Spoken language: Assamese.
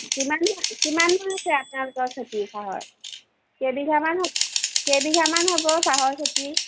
কিমান কিমান হৈছে আপোনালোকৰ খেতি চাহৰ কেইবিঘামান হৈছে কেইবিঘামান হ'ব চাহৰ খেতি